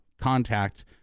contact